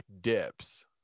dips